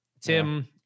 Tim